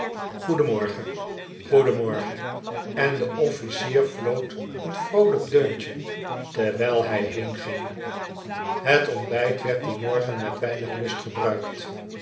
goedenmorgen en de officier floot een vroolijk deuntje terwijl hij heenging het ontbijt werd dien morgen met weinig lust gebruikt